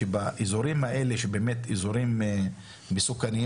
שבאזורים האלה שהם באמת אזורים מסוכנים,